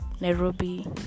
Nairobi